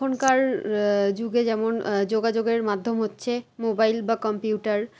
এখনকার যুগে যেমন যোগাযোগের মাধ্যম হচ্ছে মোবাইল বা কম্পিউটার